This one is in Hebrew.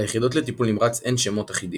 ליחידות לטיפול נמרץ אין שמות אחידים.